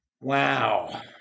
Wow